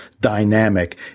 dynamic